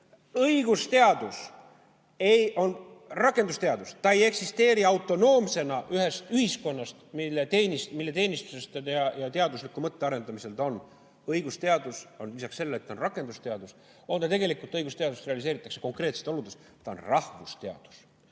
Õigusteadus on rakendusteadus, ta ei eksisteeri autonoomsena ühiskonnas, mille teenistuses teadusliku mõtte arendamisel ta on. Õigusteadust, lisaks sellele, et ta on rakendusteadus, tegelikult realiseeritakse konkreetsetes oludes ja ta on rahvusteadus.